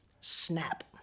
Snap